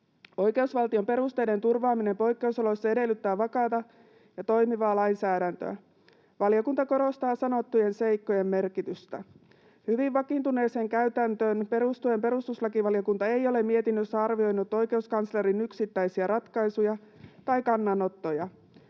Oikeusvaltion perusteiden turvaaminen poikkeusoloissa edellyttää vakaata ja toimivaa lainsäädäntöä. Valiokunta korostaa sanottujen seikkojen merkitystä. Hyvin vakiintuneeseen käytäntöön perustuen perustuslakivaliokunta ei ole mietinnössä arvioinut oikeuskanslerin yksittäisiä ratkaisuja tai kannanottoja.